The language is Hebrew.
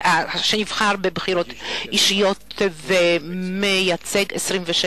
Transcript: שנבחר בבחירות אישיות ומייצג קרוב ל-500